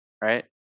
Right